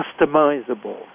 customizable